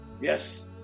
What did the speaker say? yes